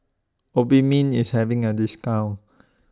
Obimin IS having A discount